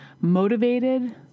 motivated